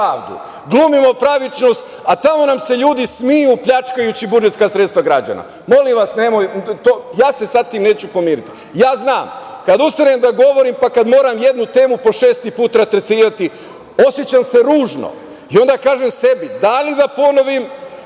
glumimo pravičnost, a tamo nam se ljudi smeju, pljačkajući budžetska sredstva građana? Molim vas, ja se sa tim neću pomiriti. Ja znam kada ustanem da govorim pa kad moram jednu temu po šesti put tretirati, osećam se ružno i onda kažem sebi - da li da ponovim